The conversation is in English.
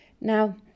Now